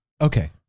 Okay